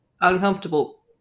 uncomfortable